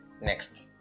next